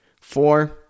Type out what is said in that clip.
Four